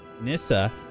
Nissa